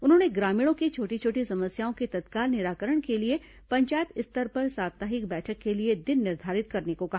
उन्होंने ग्रामीणों की छोटी छोटी समस्याओं के तत्काल निराकरण के लिए पंचायत स्तर पर साप्ताहिक बैठक के लिए दिन निर्धारित करने को कहा